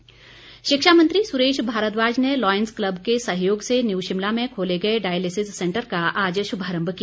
भारद्वाज शिक्षा मंत्री सुरेश भारद्वाज ने लायन्स क्लब के सहयोग से न्यू शिमला में खोले गए डायलिसिस सेंटर का आज शुभारम्भ किया